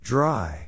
Dry